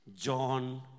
John